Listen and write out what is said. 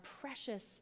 precious